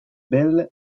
bell